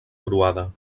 croada